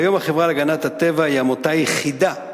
כיום החברה להגנת הטבע היא העמותה היחידה,